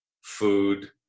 food